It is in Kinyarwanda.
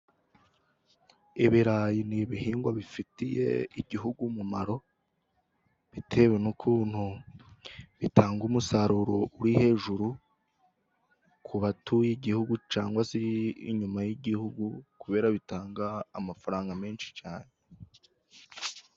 Ibirayi ni ibihingwa bifitiye igihugu umumaro ,bitewe n'ukuntu bitanga umusaruro uri hejuru ku batuye igihugu, cyangwa se inyuma y'igihugu kubera bitanga amafaranga menshi cyane.